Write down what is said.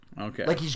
Okay